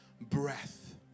breath